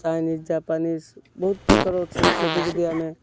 Chinese Japanese ବହୁତ ପ୍ରକାର ଅଛି ସେଇଠି ଯଦି ଆମେ